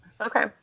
Okay